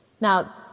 Now